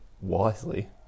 wisely